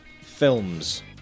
Films